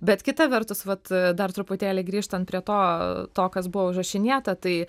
bet kita vertus vat dar truputėlį grįžtant prie to to kas buvo užrašinėta tai